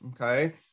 okay